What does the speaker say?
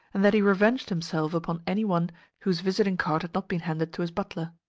and that he revenged himself upon any one whose visiting-card had not been handed to his butler.